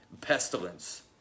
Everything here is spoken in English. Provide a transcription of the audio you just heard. pestilence